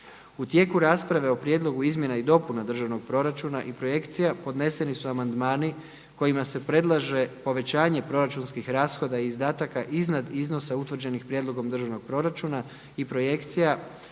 U tijeku rasprave o Prijedlogu izmjena i dopuna državnog proračuna i projekcija podneseni su amandmani kojima se predlaže povećanje proračunskih rashoda i izdataka iznad iznosa utvrđenih prijedlogom državnog proračuna i projekcija